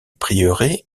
prieuré